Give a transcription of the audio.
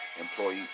Employee